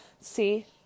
see